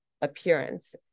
appearance